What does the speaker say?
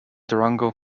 durango